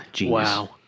wow